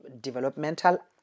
developmental